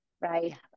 right